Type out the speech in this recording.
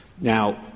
Now